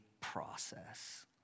process